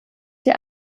die